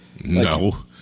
No